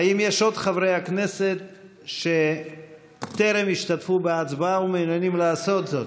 האם יש עוד חברי כנסת שטרם השתתפו בהצבעה ומעוניינים לעשות זאת?